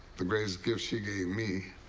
the greatest gift she gave me.